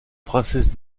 princesse